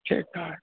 ठीकु आहे